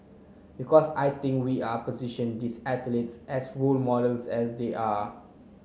because I think we are position these athletes as role models as they are